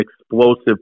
explosive